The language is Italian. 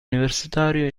universitario